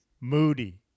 moody